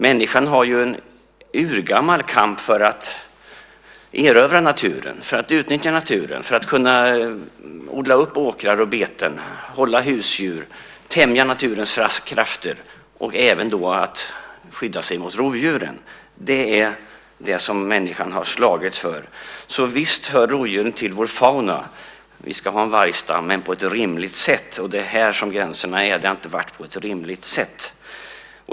Människan har ju en urgammal kamp för att erövra naturen, för att utnyttja naturen, för att kunna odla upp åkrar och beten, hålla husdjur, tämja naturens krafter och även skydda sig mot rovdjuren. Det är det som människan har slagits för. Visst hör rovdjuren till vår fauna. Vi ska ha en vargstam, men på ett rimligt sätt. Det är här gränserna finns. Det har inte varit på ett rimligt sätt.